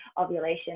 ovulation